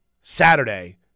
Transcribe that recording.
Saturday